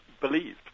believed